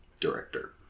Director